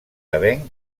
avenc